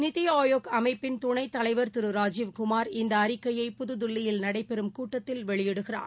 நித்திஆயோக் அமைப்பின் துணைத்தலைவா் திருராஜீவ்குமார் இந்தஅறிக்கையை புதுதில்லியில் நடைபெறும் கூட்டத்தில் வெளியிடுகிறார்